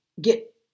get